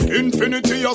infinity